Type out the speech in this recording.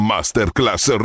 Masterclass